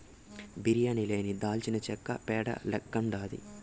బిర్యానీ లేని దాల్చినచెక్క పేడ లెక్కుండాది